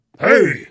Hey